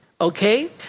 okay